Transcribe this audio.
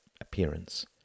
appearance